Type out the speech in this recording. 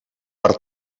per